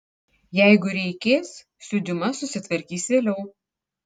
jeigu reikės su diuma susitvarkys vėliau